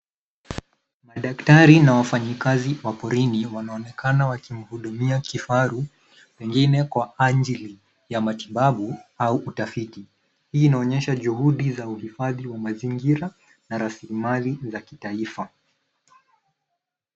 Madaktari na wafanyikazi wa porini wanaonekana wakimhudumia kifaru pengine kwa ajili ya matibabu au utafiti. Hii inaonyesha juhudi za uhifadhi wa mazingira na rasilimali za kitaifa.